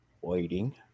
waiting